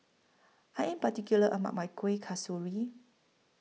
I Am particular about My Kueh Kasturi